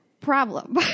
problem